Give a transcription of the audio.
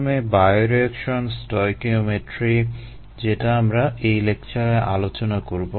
প্রথমে bioreaction stoichiometry যেটা আমরা এই লেকচারে আলোচনা করবো